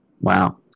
Wow